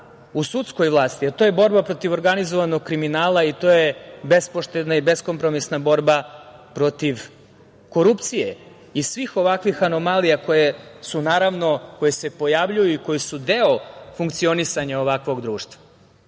to je borba protiv organizovanog kriminala i to je bespoštedna i beskompromisna borba protiv korupcije i svih ovakvih anomalija koje se pojavljuju i koje su deo funkcionisanja ovakvog društva. Ti